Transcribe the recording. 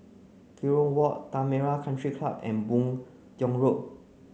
Kerong Walk Tanah Merah Country Club and Boon Tiong Road